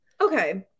Okay